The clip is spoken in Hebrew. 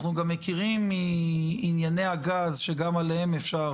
אנחנו גם מכירים מענייני הגז שגם עליהם אפשר